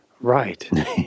right